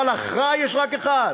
אבל אחראי יש רק אחד.